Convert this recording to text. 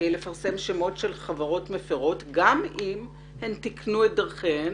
לפרסם שמות של חברות מפירות גם אם הן תקנו את דרכיהן